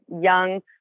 young